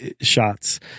shots